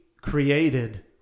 created